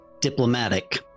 diplomatic